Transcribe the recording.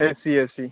AC AC